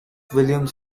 williams